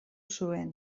zuen